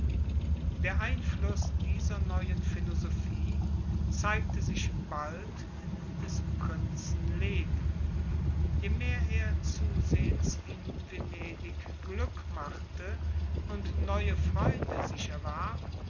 der einfluß dieser neuen philosophie zeigte sich bald in des prinzen leben je mehr er zusehends in venedig glück machte und neue freunde sich erwarb